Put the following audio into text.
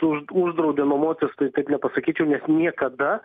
už uždraudė nuomotis tai taip nepasakyčiau nes niekada